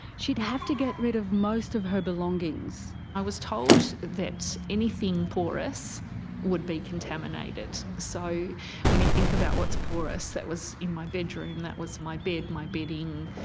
she'd have to get rid of most of her belongings. i was told that anything anything porous would be contaminated. so when you think about what's porous that was in my bedroom that was my bed, my bedding,